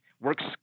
Works